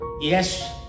Yes